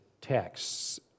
texts